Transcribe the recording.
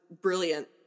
brilliant